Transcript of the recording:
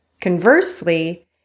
Conversely